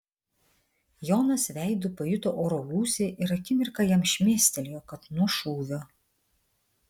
jonas veidu pajuto oro gūsį ir akimirką jam šmėstelėjo kad nuo šūvio